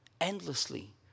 endlessly